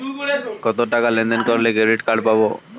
কতটাকা লেনদেন করলে ক্রেডিট কার্ড পাব?